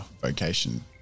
vocation